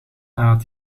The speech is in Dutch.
nadat